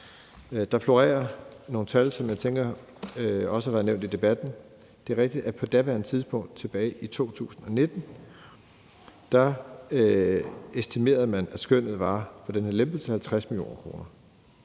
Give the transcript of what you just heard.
Der florerer nogle tal, som jeg tænker også har været nævnt i debatten. Det er rigtigt, at man på daværende tidspunkt, tilbage i 2019, estimerede, at skønnet var på 50 mio. kr.